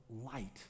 light